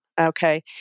Okay